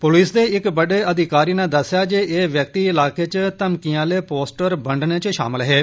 police दे इक बड़डे अधिकारी नै दस्सेया ऐ जे ए व्यक्ति इलाके च धमकियें आले पोस्टर बंडने च शामल हे